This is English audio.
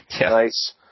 Nice